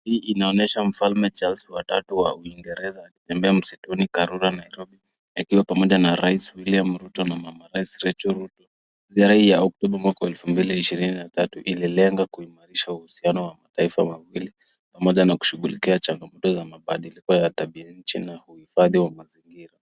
Hii inaonyesha Mfalme Charles Wa Tatu wa uingereza akitembea msituni, karura Nairobi akiwa pamoja na Rais William Ruto na Mama Rais Rachel Ruto. Zirai ya Oktoba mwaka 2023 ili lenga kuimarisha uhisiano wa mataifa mawili pamoja na kushugulikia changamoto za mabadiliko ya tabia nchi na huifadhi wa mazirigira,